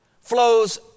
flows